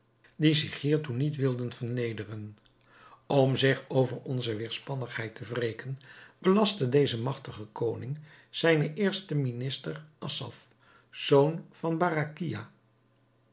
die zich hiertoe niet wilden vernederen om zich over onze weêrspannigheid te wreken belastte deze magtige koning zijnen eersten minister assaf zoon van barakhia